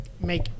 make